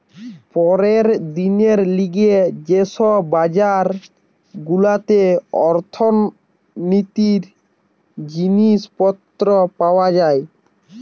পরের দিনের লিগে যে সব বাজার গুলাতে অর্থনীতির জিনিস পত্র পাওয়া যায়